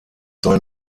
soll